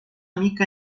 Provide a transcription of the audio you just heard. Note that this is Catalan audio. mica